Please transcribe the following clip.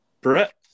Brett